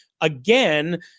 again